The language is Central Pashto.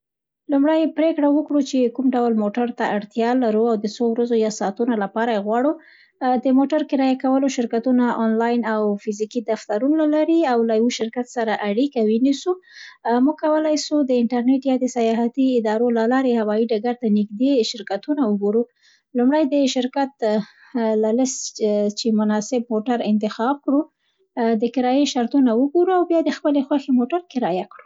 لومړی پرېکړه وکړو چې کوم ډول موټر ته اړتیا لرو او د څو ورځو یا ساعتونو لپاره یې غواړو. د موټر کرایه کولو شرکتونه آنلاین او فزیکي دفترونه لري او له یوه شرکت سره اړیکه ونیسو. موږ کولای سو د انټرنېټ یا د سیاحتي اداروله لارې هوايي ډګر ته نږدې شرکتونه وګورو. لومړی د شرکت له لیست چي مناسب موټر انتخاب کړو. د کرایې شرطونه وګورو او بیا د خپلې خوښې موټر کرایه کړو.